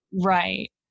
Right